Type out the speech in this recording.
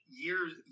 years